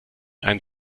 einen